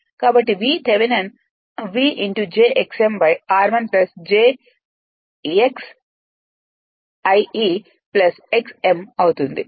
కాబట్టి V Thevenin v j x m r1 j x1e x m అవుతుంది